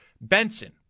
Benson